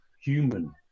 human